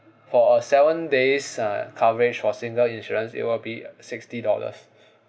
for a seven days uh coverage for single insurance it will be sixty dollars